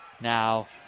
now